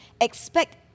Expect